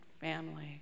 family